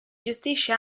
gestisce